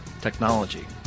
technology